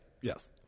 Yes